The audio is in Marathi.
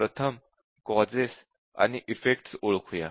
प्रथम कॉजेस आणि इफेक्टस ओळखूया